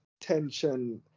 tension